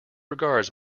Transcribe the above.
regards